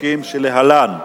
החוקים שלהלן: